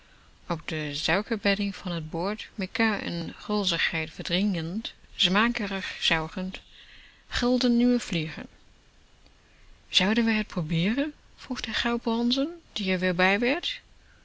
op de suikerbedding van t bord mekaar in gulzigheid verdringend smakkerig zuigend krielden nieuwe vliegen zouden we t probeeren vroeg de goud bronzen die er wee bij werd